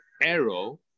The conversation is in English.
arrow